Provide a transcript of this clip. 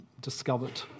discovered